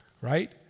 right